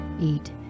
eat